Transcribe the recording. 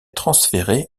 transférées